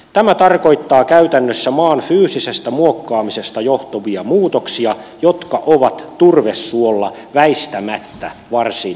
tämä tarkoittaa käytännössä maan fyysisestä muokkaamisesta johtuvia muutoksia jotka ovat turvesuolla väistämättä varsin mittavat